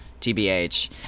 TBH